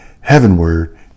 heavenward